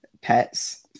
pets